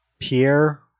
Pierre